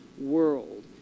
world